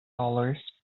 dollars